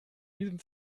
diesem